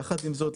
יחד עם זאת,